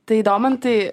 tai domantai